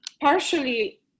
partially